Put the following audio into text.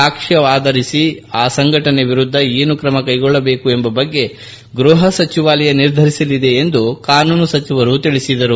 ಸಾಕ್ಷ್ಮವನ್ನು ಆಧರಿಸಿ ಆ ಸಂಘಟನೆ ವಿರುದ್ದ ಏನು ಕ್ರಮ ಕ್ಷೆಗೊಳ್ಳಬೇಕು ಎಂಬ ಬಗ್ಗೆ ಗ್ಬಹ ಸಚಿವಾಲಯ ನಿರ್ಧರಿಸಲಿದೆ ಎಂದು ಕಾನೂನು ಸಚಿವರು ಹೇಳಿದರು